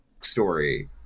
story